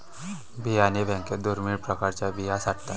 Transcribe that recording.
बियाणे बँकेत दुर्मिळ प्रकारच्या बिया साठवतात